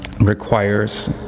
requires